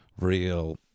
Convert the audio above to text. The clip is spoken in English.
real